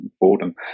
boredom